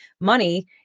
money